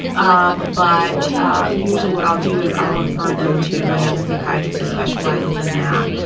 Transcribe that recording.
um but usually what i'll do is i'll refer them to another psychiatrist who specializes in that.